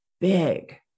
big